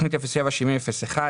תוכנית 077001